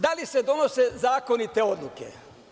Da li se donose zakonite odluke?